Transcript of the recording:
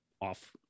off